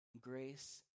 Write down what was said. Grace